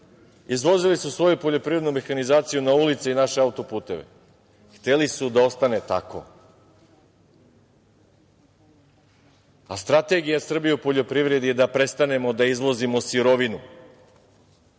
izvozili su svoju poljoprivrednu mehanizaciju na ulice i naše auto-puteve. Hteli su da ostane tako. Strategija Srbije u poljoprivredi je da prestanemo da izvozimo sirovinu,